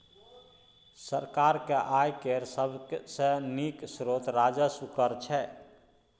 सरकारक आय केर सबसे नीक स्रोत राजस्व कर छै